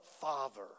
Father